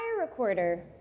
recorder